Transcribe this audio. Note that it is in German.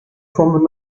kommen